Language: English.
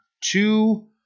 Two